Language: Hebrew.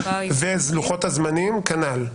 ולוחות הזמנים כנ"ל.